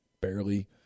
barely –